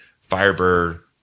Firebird